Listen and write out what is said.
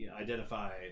identify